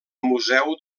museu